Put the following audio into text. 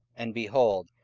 and, behold,